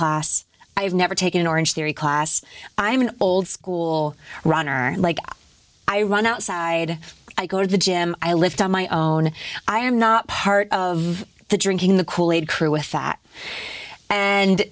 class i have never taken orange theory class i am an old school runner and like i run outside i go to the gym i lift on my own i am not part of the drinking the kool aid crew with that and